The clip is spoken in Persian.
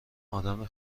ادم